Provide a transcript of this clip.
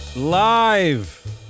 Live